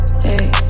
Hey